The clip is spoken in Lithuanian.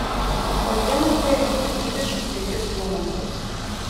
tą dieną teėjau tik dvidešimt penkis kilometrus